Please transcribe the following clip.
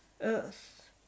earth